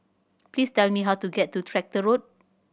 please tell me how to get to Tractor Road